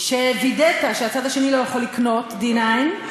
כשווידאת שהצד השני לא יכול לקנות D9,